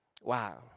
Wow